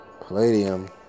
Palladium